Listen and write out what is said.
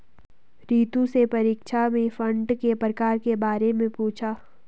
रितु से परीक्षा में फंड के प्रकार के बारे में पूछा